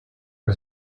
was